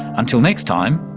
until next time,